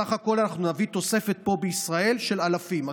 בסך הכול אנחנו נביא תוספת פה בישראל של אלפים.